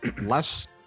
less